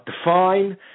define